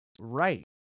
right